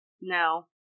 No